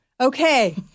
Okay